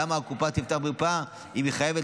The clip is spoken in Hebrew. למה שהקופה תפתח מרפאה אם היא חייבת